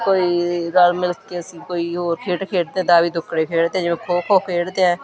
ਕੋਈ ਰਲ ਮਿਲ ਕੇ ਅਸੀਂ ਕੋਈ ਹੋਰ ਖੇਡ ਖੇਡਦੇ ਦਾ ਵੀ ਦੁੱਖੜੇ ਖੇਡਦੇ ਜਿਵੇਂ ਖੋ ਖੋ ਖੇਡਦੇ ਹਾਂ